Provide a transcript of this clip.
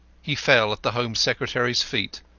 he fell at the home secretary's feet,